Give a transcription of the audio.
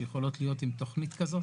שיכולות להיות עם תכנית כזאת